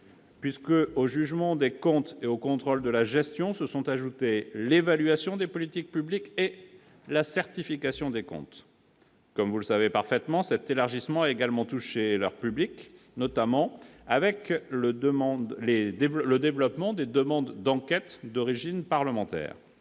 puisqu'au jugement des comptes et au contrôle de la gestion se sont ajoutées l'évaluation des politiques publiques et la certification des comptes. Comme vous le savez tous, cet élargissement également a touché leurs publics, notamment avec le développement des demandes d'enquêtes d'origine parlementaire.